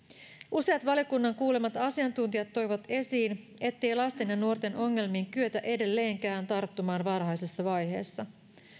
useat valiokunnan kuulemat asiantuntijat toivat esiin ettei lasten ja nuorten ongelmiin kyetä edelleenkään tarttumaan varhaisessa vaiheessa